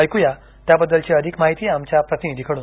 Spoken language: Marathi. ऐक्या त्याबद्दलची अधिक माहिती आमच्या प्रतिनिधीकडून